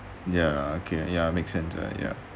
ya okay ya make sense ya